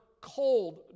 cold